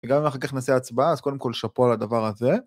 וגם אם אחר כך נעשה הצבעה אז קודם כל שאפו על הדבר הזה.